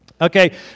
Okay